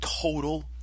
total